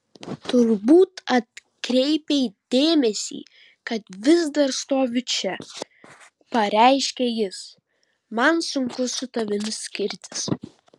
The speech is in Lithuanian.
turbūt atkreipei dėmesį kad vis dar stoviu čia pareiškia jis man sunku su tavimi skirtis